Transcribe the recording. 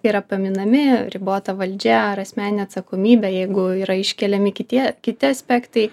yra paminami ribota valdžia ar asmeninė atsakomybė jeigu yra iškeliami kitie kiti aspektai